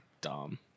dumb